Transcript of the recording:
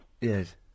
Yes